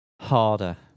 harder